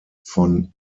von